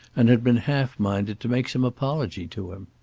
and had been half-minded to make some apology to him.